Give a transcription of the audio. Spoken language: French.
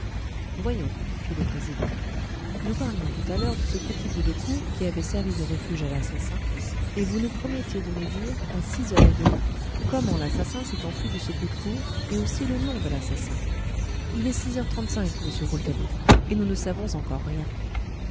voyons fit le président nous parlions tout à l'heure de ce petit bout de cour qui avait servi de refuge à l'assassin et vous nous promettiez de nous dire à six heures et demie comment l'assassin s'est enfui de ce bout de cour et aussi le nom de l'assassin il est six heures trentecinq monsieur rouletabille et nous ne savons encore rien